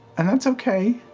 and that's okay.